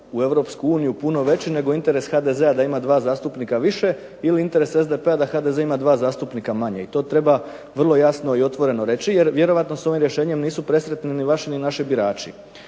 uniju puno veći nego interes HDZ-a da ima dva zastupnika više ili interes SDP-a da HDZ ima dva zastupnika manje. I to treba vrlo jasno i otvoreno reći jer vjerojatno s ovim rješenjem nisu presretni ni vaši ni naši birači.